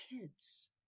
kids